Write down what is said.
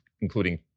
including